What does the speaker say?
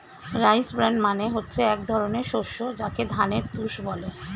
rice bran মানে হচ্ছে এক ধরনের শস্য যাকে ধানের তুষ বলে